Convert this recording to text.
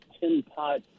tin-pot